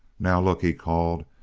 now, look! he called,